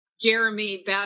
Jeremy